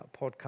podcast